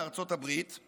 מארצות הברית,